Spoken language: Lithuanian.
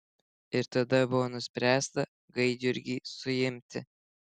ir tada buvo nuspręsta gaidjurgį suimti